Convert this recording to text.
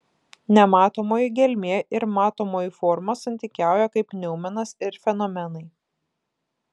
nematomoji gelmė ir matomoji forma santykiauja kaip noumenas ir fenomenai